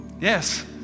Yes